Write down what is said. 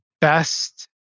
best